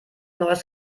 neues